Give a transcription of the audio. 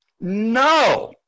No